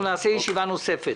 נעשה ישיבה נוספת.